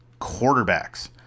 quarterbacks